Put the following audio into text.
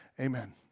Amen